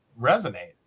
resonate